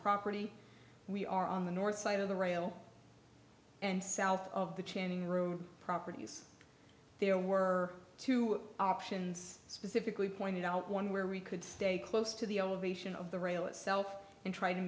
property we are on the north side of the rail and south of the changing room properties there were two options specifically pointed out one where we could stay close to the elevation of the rail itself and try to